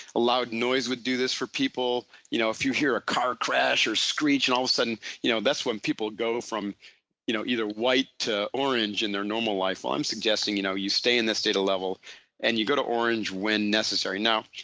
a loud noise would do this for people. you know if you hear a car crash or screech and ah sudden you know that's when people go from you know either white to orange in their normal life. well, i'm suggesting you know you stay on this state of level and you go to orange when necessary. now,